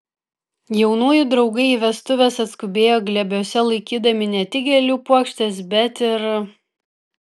jaunųjų draugai į vestuves atskubėjo glėbiuose laikydami ne tik gėlių puokštes bet ir